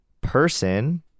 person